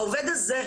העובד הזה,